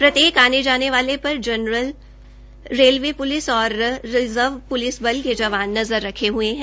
प्रत्येक आने जाने पर जनरल रेलवे प्लिस और रिजर्व प्लिस बल के जवान नज़र रखे हये है